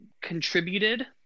contributed